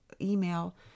email